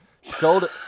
shoulder